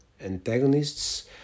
antagonists